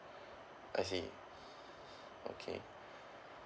I see okay